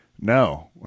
No